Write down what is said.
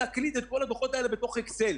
עכשיו, אמרתם שבודקים בקשות פעם, פעמיים בשבוע.